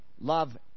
Love